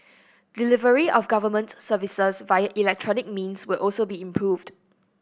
delivery of government services via electronic means will also be improved